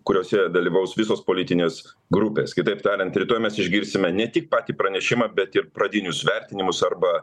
kuriose dalyvaus visos politinės grupės kitaip tariant rytoj mes išgirsime ne tik patį pranešimą bet ir pradinius vertinimus arba